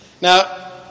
Now